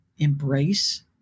embrace